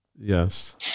Yes